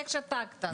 איך שתקת?